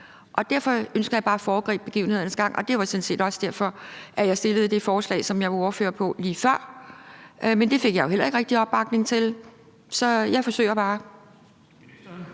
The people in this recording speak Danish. dag. Derfor ønsker jeg bare at foregribe begivenhedernes gang. Det var sådan set også derfor, at jeg fremsatte det forslag, som jeg var ordfører på lige før. Men det fik jeg jo heller ikke rigtig opbakning til. Så jeg forsøger bare.